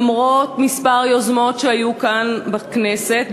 למרות כמה יוזמות שהיו כאן בכנסת,